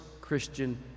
Christian